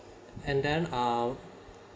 and then uh